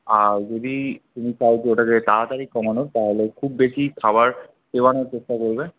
আর যদি তুমি চাও যে ওটাকে তাড়াতাড়ি কমানোর তাহলে খুব বেশি খাবার চেবানোর চেষ্টা করবে